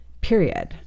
period